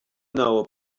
know